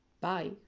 Bye